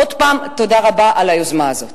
עוד פעם, תודה רבה על היוזמה הזאת.